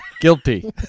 guilty